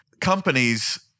Companies